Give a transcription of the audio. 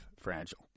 fragile